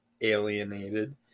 alienated